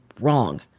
wrong